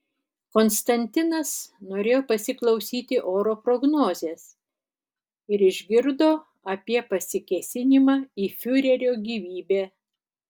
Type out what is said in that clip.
konstantinas norėjo pasiklausyti oro prognozės ir išgirdo apie pasikėsinimą į fiurerio gyvybę